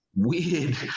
weird